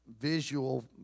visual